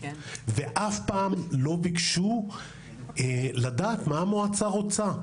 ואף פעם לא ביקשו לדעת מה המועצה רוצה,